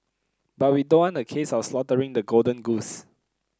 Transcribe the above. but we don't want a case of slaughtering the golden goose